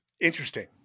Interesting